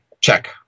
check